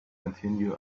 continue